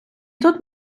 тут